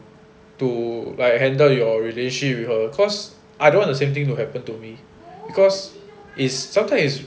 to like handle your relationship with her cause I don't want the same thing to happen to me because is sometimes is